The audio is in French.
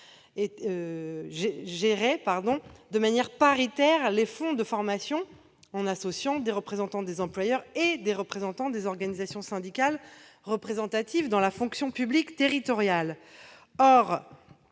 privé -de manière paritaire les fonds de formation en associant des représentants des employeurs et des représentants des organisations syndicales représentatives dans la fonction publique territoriale. Or